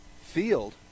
field